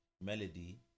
melody